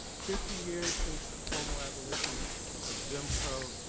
fifty years since the formal abolition of jim crow,